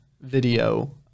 video